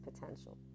potential